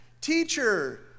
Teacher